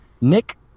Nick